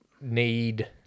need